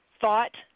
thought